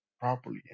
properly